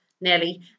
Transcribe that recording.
nelly